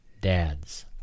dads